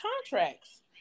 contracts